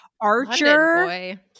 Archer